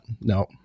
no